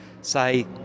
say